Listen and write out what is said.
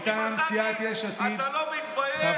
אנחנו לא ניתן לך,